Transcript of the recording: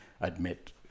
admit